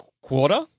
quarter